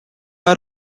are